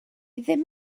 ddim